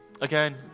Again